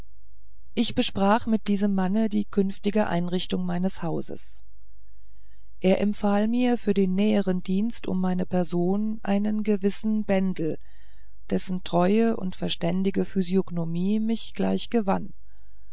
ich besprach mit diesem manne die künftige einrichtung meines hauses er empfahl mir für den näheren dienst um meine person einen gewissen bendel dessen treue und verständige physiognomie mich gleich gewann